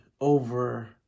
over